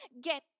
get